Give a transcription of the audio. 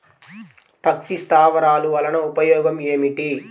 పక్షి స్థావరాలు వలన ఉపయోగం ఏమిటి?